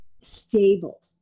stable